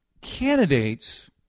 candidates